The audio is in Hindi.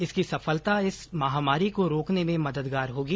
इसकी सफलता इस महामारी को रोकने में मददगार होगी